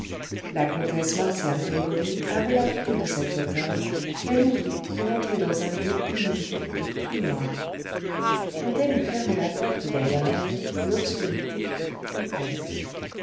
la comtesse marcian gregoryi avait la clef de cette poterne qu'elle ouvrit pour entrer dans un lieu humide et tout noir quand elle eut fermé la porte derrière elle l'obscurité fut complète